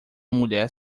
mulher